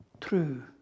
true